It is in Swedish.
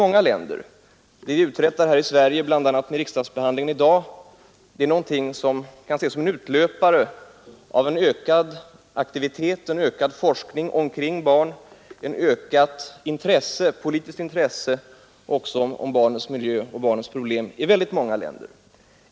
Det som vi uträttar här i Sverige, bl.a. genom riksdagsbehandlingen av detta ärende, kan ses som en utlöpare av en ökad aktivitet och en ökad forskning omkring barn, liksom också av ett ökat politiskt intresse för barnens miljö och problem, i många länder.